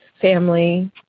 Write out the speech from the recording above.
family